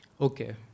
Okay